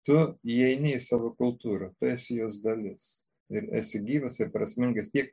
tu įeini į savo kultūrą tu esi jos dalis ir esi gyvas ir prasmingas tiek